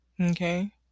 Okay